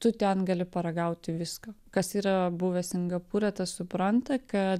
tu ten gali paragauti visko kas yra buvęs singapūre tas supranta kad